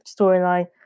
storyline